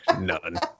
None